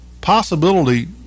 possibility